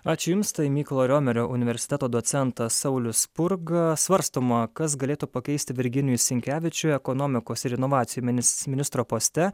ačiū jums tai mykolo romerio universiteto docentas saulius spurga svarstoma kas galėtų pakeisti virginijų sinkevičių ekonomikos ir inovacijų minis ministro poste